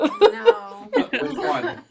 No